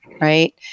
right